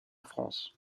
france